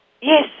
Yes